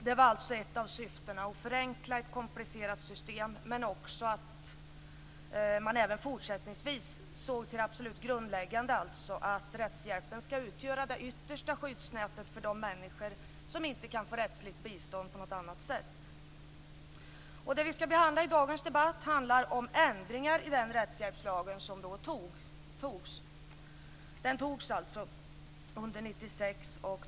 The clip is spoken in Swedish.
Det var alltså ett av syftena; att förenkla ett komplicerat system. Men det gällde också att även fortsättningsvis se till det absolut grundläggande, alltså att rättshjälpen skall utgöra det yttersta skyddsnätet för de människor som inte kan få rättsligt bistånd på något annat sätt. I dagens debatt skall vi behandla ändringar i den rättshjälpslag som då beslutades om.